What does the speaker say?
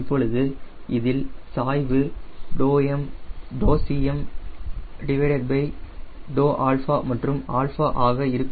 இப்பொழுது இதில் சாய்வு ∂CM𝜕𝛼 மற்றும் 𝛼 ஆக இருக்கும்